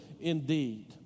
indeed